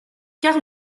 car